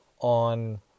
on